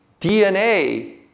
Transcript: DNA